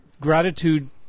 gratitude